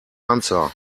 answer